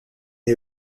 est